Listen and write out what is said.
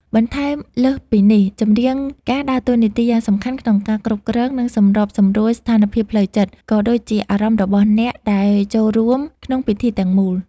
បន្ថែមលើសពីនេះ ចម្រៀងការដើរតួនាទីយ៉ាងសកម្មក្នុងការគ្រប់គ្រង និងសម្របសម្រួលស្ថានភាពផ្លូវចិត្ត ក៏ដូចជាអារម្មណ៍របស់អ្នកដែលចូលរួមក្នុងពិធីទាំងមូល។